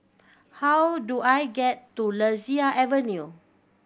how do I get to Lasia Avenue